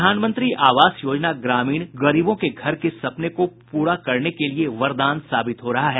प्रधानमंत्री आवास योजना ग्रामीण गरीबों के घर के सपने को पूरा करने के लिए वरदान साबित हो रहा है